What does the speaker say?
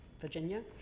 Virginia